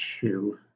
two